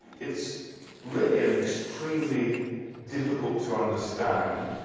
its really an extremely difficult to understand,